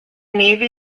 navy